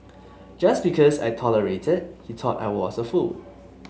just because I tolerated he thought I was a fool